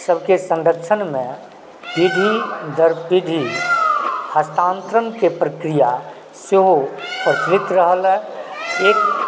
सभके संरक्षणमे पीढ़ी दर पीढ़ी हस्तान्तरणके प्रक्रिया सेहो प्रचलित रहलए एक